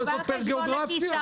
זה בא על חשבון הכיסאות.